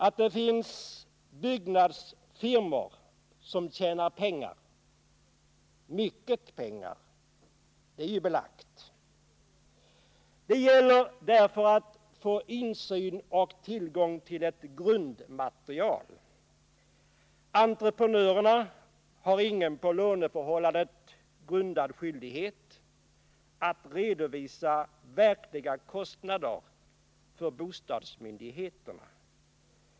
Att det finns byggnadsfirmor som tjänar pengar — mycket pengar — är belagt. Det gäller därför att få insyn och tillgång till ett grundmaterial för en vidare bedömning. Entreprenörerna har ingen på låneförhållandet grundad skyldighet att redovisa verkliga kostnader för bostadsmyndigheterna.